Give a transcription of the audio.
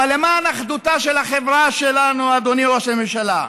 אבל למען אחדותה של החברה שלנו, אדוני ראש הממשלה,